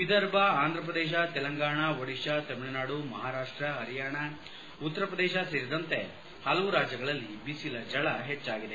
ವಿದರ್ಭ ಆಂಧಪ್ರದೇಶ ತೆಲಂಗಾಣ ಒಡಿಶಾ ತಮಿಳುನಾಡು ಮಹಾರಾಪ್ಲ ಪರಿಯಾಣ ಉತ್ತರ ಪ್ರದೇಶ ಸೇರಿದಂತೆ ಹಲವು ರಾಜ್ಲಗಳಲ್ಲಿ ಬಿಸಿಲ ಝಳ ಹೆಚ್ಚಾಗಿದೆ